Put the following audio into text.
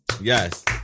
Yes